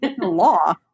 Law